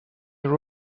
your